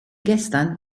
gestern